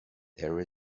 there